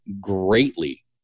greatly